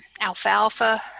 alfalfa